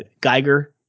geiger